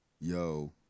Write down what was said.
Yo